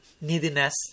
neediness